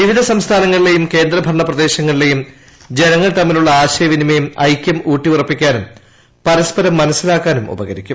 വിവധ സംസ്ഥാനങ്ങിലെയും കേന്ദ്രഭരണ പ്രദേശങ്ങളിലെയും ജനങ്ങൾ തമ്മിലുള്ള ആശയവിനിമയം ഐക്യം ഊട്ടിയുറപ്പിക്കാനും പരസ്പരം മനസിലാക്കാനും ഉപകരിക്കും